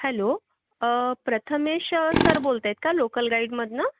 hello Prathamesh sir बोलत आहेत का लोकल गाईडमधनं